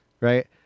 right